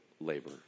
labor